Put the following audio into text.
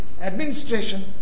administration